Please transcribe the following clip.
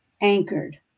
anchored